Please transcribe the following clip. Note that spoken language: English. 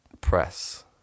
press